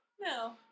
No